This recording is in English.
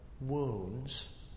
wounds